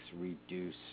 Reduce